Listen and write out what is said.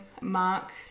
Mark